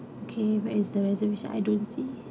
okay where is the reservation I don't see